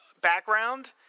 background